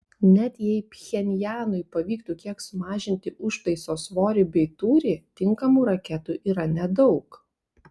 net jei pchenjanui pavyktų kiek sumažinti užtaiso svorį bei tūrį tinkamų raketų yra nedaug